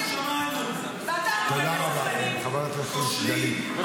מה עשיתם 11 חודש --- מה קורה בצפון?